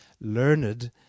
learned